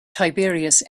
tiberius